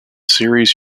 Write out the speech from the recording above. series